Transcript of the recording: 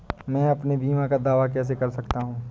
मैं अपने बीमा का दावा कैसे कर सकता हूँ?